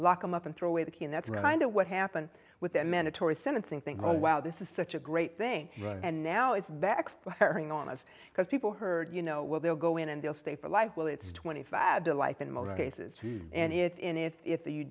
lock him up and throw away the key and that reminder of what happened with their mandatory sentencing think oh wow this is such a great thing and now it's backfiring on us because people heard you know where they're going and they'll stay for life well it's twenty five to life in most cases and in it if